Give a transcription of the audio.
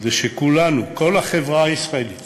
כדי שכולנו, כל החברה הישראלית